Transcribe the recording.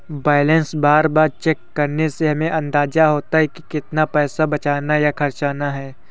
balance बार बार check करने से हमे अंदाज़ा होता है की कितना पैसा बचाना या खर्चना है